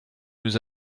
nous